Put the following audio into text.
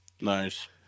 Nice